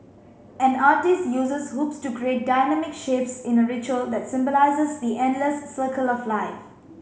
an artiste uses hoops to create dynamic shapes in a ritual that symbolises the endless circle of life